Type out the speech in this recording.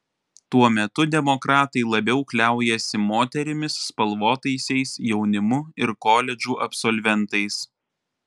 tuo metu demokratai labiau kliaujasi moterimis spalvotaisiais jaunimu ir koledžų absolventais